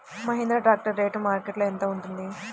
Mahindra tractor rate మార్కెట్లో యెంత ఉంటుంది?